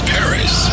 Paris